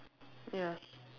ya